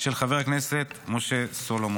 של חבר הכנסת משה סולומון.